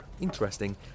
Interesting